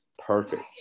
perfect